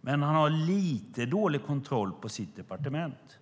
Men han har lite dålig kontroll på sitt departement.